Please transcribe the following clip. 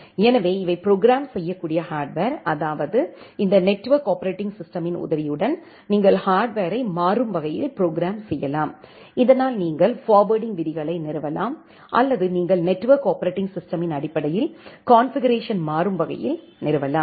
எனவே இவை ப்ரோக்ராம் செய்ய கூடிய ஹார்ட்வர் அதாவது இந்த நெட்வொர்க் ஆப்பரேட்டிங் சிஸ்டமின் உதவியுடன் நீங்கள் ஹார்ட்வரை மாறும் வகையில் ப்ரோக்ராம் செய்யலாம் இதனால் நீங்கள் ஃபார்வேர்ட்டிங் விதிகளை நிறுவலாம் அல்லது நீங்கள் நெட்வொர்க் ஆப்பரேட்டிங் சிஸ்டமின் அடிப்படையில் கான்ஃபிகுரேஷன்கள் மாறும் வகையில் நிறுவலாம்